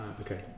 okay